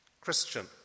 Christian